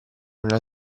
nella